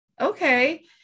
okay